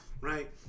Right